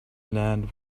land